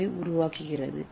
ஏவை உருவாக்குகிறது